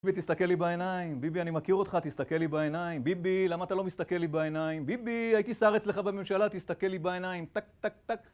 ביבי, תסתכל לי בעיניים. ביבי, אני מכיר אותך, תסתכל לי בעיניים. ביבי, למה אתה לא מסתכל לי בעיניים? ביבי, הייתי שר אצלך בממשלה, תסתכל לי בעיניים.טק טק טק